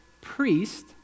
priest